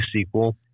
sequel